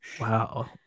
Wow